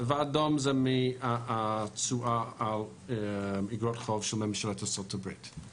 והאדום זה מהתשואה על אגרות חוב של ממשלת ארצות הברית.